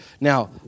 Now